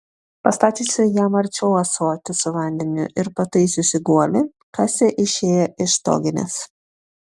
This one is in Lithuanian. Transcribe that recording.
pastačiusi jam arčiau ąsotį su vandeniu ir pataisiusi guolį kasė išėjo iš stoginės